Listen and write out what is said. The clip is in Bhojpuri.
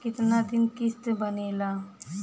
कितना दिन किस्त बनेला?